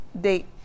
date